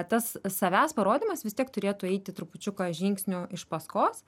tas savęs parodymas vis tiek turėtų eiti trupučiuką žingsniu iš paskos